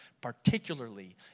particularly